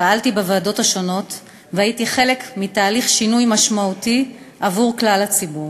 פעלתי בוועדות השונות והייתי חלק מתהליך שינוי משמעותי עבור כלל הציבור.